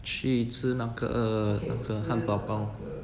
去吃那个那个汉堡包